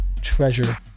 treasure